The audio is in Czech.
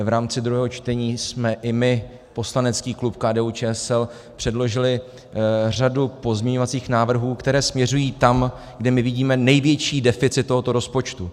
V rámci druhého čtení jsme i my, poslanecký klub KDUČSL, předložili řadu pozměňovacích návrhů, které směřují tam, kde my vidíme největší deficit tohoto rozpočtu.